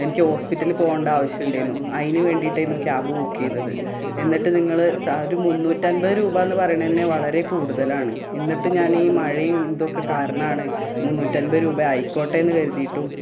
എനിക്ക് ഹോസ്പിറ്റല് പോവണ്ട ആവശ്യം ഉണ്ടായിരുന്നു അതിന് വേണ്ടിയിട്ടായിരുന്നു ക്യാബ് ബുക്ക് ചെയ്തത് എന്നിട്ട് നിങ്ങൾ ഒരു മുന്നൂറ്റി അൻപത് രൂപ എന്ന് പറേണന്നെ വളരെ കൂടുതലാണ് എന്നിട്ട് ഞാൻ ഈ മഴയും ഇതൊക്കെ കാരണമാണ് മുന്നൂറ്റി അൻപത് രൂപ ആയിക്കോട്ടേ എന്ന് കരുതിയിട്ടും